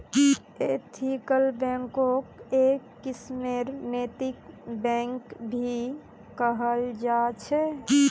ethical बैंकक् एक किस्मेर नैतिक बैंक भी कहाल जा छे